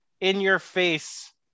in-your-face